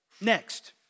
Next